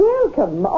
Welcome